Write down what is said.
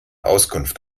auskunft